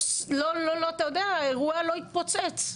אתה יודע, האירוע לא התפוצץ.